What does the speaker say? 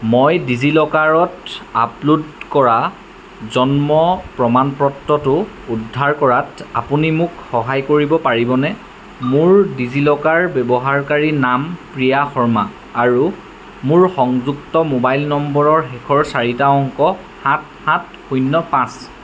মই ডিজি লকাৰত আপলোড কৰা জন্ম প্ৰমাণপত্ৰটো উদ্ধাৰ কৰাত আপুনি মোক সহায় কৰিব পাৰিবনে মোৰ ডিজি লকাৰ ব্যৱহাৰকাৰীনাম প্ৰিয়া শৰ্মা আৰু মোৰ সংযুক্ত মোবাইল নম্বৰৰ শেষৰ চাৰিটা অংক সাত সাত শূণ্য পাঁচ